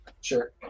Sure